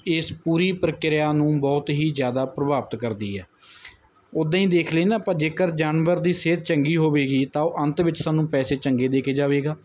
ਇਸ ਪੂਰੀ ਪ੍ਰਕਿਰਿਆ ਨੂੰ ਬਹੁਤ ਹੀ ਜ਼ਿਆਦਾ ਪ੍ਰਭਾਵਿਤ ਕਰਦੀ ਹੈ ਉਦਾਂ ਹੀ ਦੇਖ ਲਈਏ ਨਾ ਆਪਾਂ ਜੇਕਰ ਜਾਨਵਰ ਦੀ ਸਿਹਤ ਚੰਗੀ ਹੋਵੇਗੀ ਤਾਂ ਉਹ ਅੰਤ ਵਿੱਚ ਸਾਨੂੰ ਪੈਸੇ ਚੰਗੇ ਦੇ ਕੇ ਜਾਵੇਗਾ